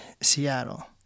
Seattle